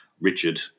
Richard